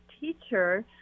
teacher